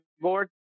Board